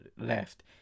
left